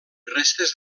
restes